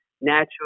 natural